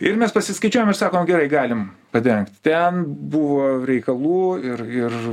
ir mes pasiskaičiavom ir sakom gerai galim padengt ten buvo reikalų ir ir